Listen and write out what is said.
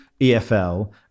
EFL